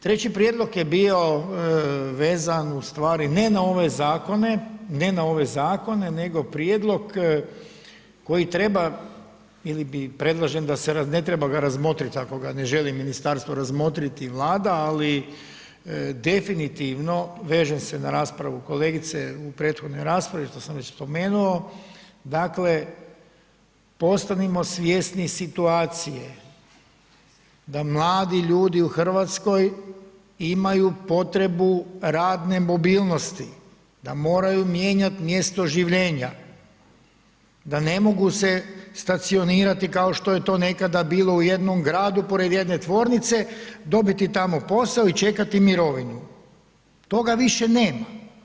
Treći prijedlog je bio vezan ustvari ne na ove zakone, ne na ove zakone, nego prijedlog koji treba ili bi predlažem da se, ne treba ga razmotriti ako ga ne želi ministarstvo razmotriti i Vlada ali definitivno, vežem se na raspravu kolegice u prethodnoj raspravi što sam već spomenuo, dakle postanimo svjesni situacije da mladi ljudi u Hrvatskoj imaju potrebu radne mobilnosti, da moraju mijenjati mjesto življenja, da ne mogu se stacionirati kao što je to nekada bilo u jednom gradu pored jedne tvornice, dobiti tamo posao i čekati mirovinu, toga više nema.